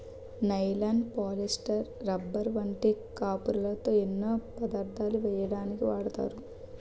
nylon, polyester, rubber వంటి కాపరుతో ఎన్నో పదార్ధాలు వలెయ్యడానికు వాడతారు